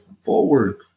forward